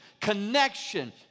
connection